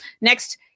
next